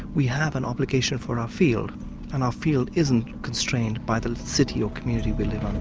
we have an obligation for our field and our field isn't constrained by the city or community we live